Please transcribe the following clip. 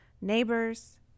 Neighbors